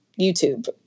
YouTube